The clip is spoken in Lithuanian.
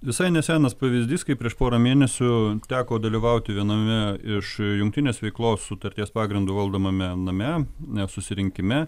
visai nesenas pavyzdys kaip prieš porą mėnesių teko dalyvauti viename iš jungtinės veiklos sutarties pagrindu valdomame name net susirinkime